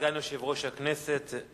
סגן יושב-ראש הכנסת,